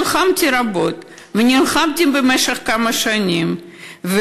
נלחמתי רבות ונלחמתי במשך כמה שנים,